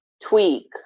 tweak